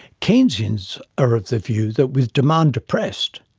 keynesians are of the view that with demand depressed,